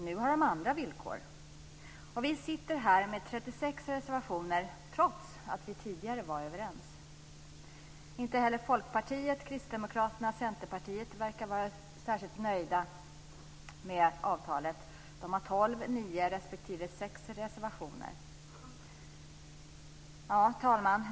Nu har de andra villkor. Och vi sitter här med 36 reservationer trots att vi tidigare var överens. Inte heller Folkpartiet, Kristdemokraterna eller Centerpartiet verkar vara särskilt nöjda med avtalet. De har tolv, nio respektive sex reservationer. Fru talman!